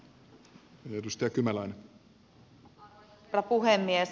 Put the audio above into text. arvoisa herra puhemies